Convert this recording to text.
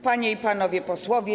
Panie i Panowie Posłowie!